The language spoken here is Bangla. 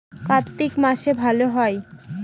কার্তিক মাসে ভালো হয়?